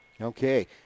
Okay